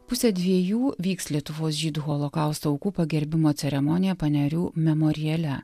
pusę dviejų vyks lietuvos žydų holokausto aukų pagerbimo ceremonija panerių memoriale